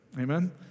Amen